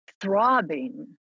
throbbing